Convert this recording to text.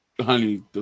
honey